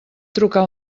trucar